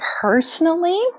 personally